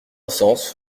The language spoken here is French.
sens